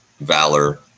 valor